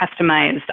customized